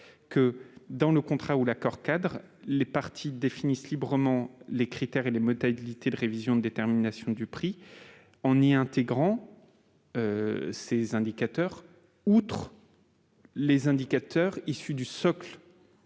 que, « dans le contrat ou dans l'accord-cadre, les parties définissent librement ces critères et ces modalités de révision ou de détermination du prix en y intégrant, outre le ou les indicateurs issus du socle